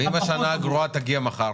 ואם השנה הגרועה תגיע מחר?